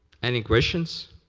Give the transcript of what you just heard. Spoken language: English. any questions?